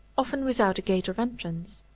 often without a gate or entrance.